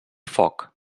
foc